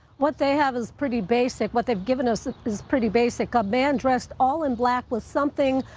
what they have is pretty basic. what they've given us is pretty basic. a man dressed all in black with something,